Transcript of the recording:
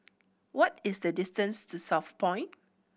what is the distance to Southpoint